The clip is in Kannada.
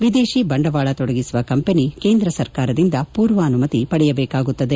ವಿದೇಶಿ ಬಂಡವಾಳ ತೊಡಗಿಸುವ ಕಂಪನಿ ಕೇಂದ್ರ ಸರ್ಕಾರದಿಂದ ಪೂರ್ವಾನುಮತಿ ಪಡೆಯಬೇಕಾಗುತ್ತದೆ